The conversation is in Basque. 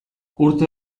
urte